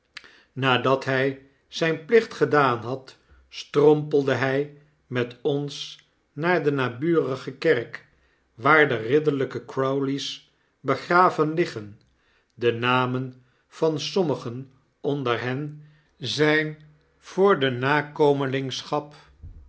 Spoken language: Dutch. geweest nadat-hjj zijn plicht gedaan had strompelde hy met ons naar de naburige kerk waar de ridderlpe crowley's begraven liggen de namen van sommigen onder hen zijn voor de